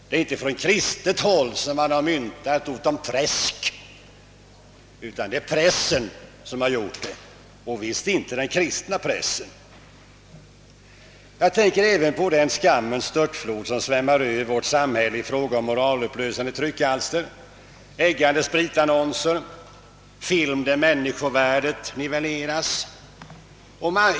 Det är inte från kristet håll man har myntat uttrycket »träsk», utan det är pressen som har gjort det, och visst inte den kristna pressen. Jag tänker även på den skammens störtflod som svämmar över vårt samhälle i form av moralupplösande tryckalster, eggande spritannonser och film som nivellerar människovärdet.